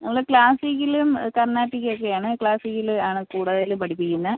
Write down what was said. നമ്മൾ ക്ലാസിക്കിലും കർണാടിക് ഒക്കെയാണ് ക്ലാസിക്കില് ആണ് കൂടുതൽ പഠിപ്പിക്കുന്നത്